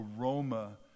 aroma